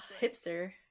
hipster